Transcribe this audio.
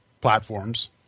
platforms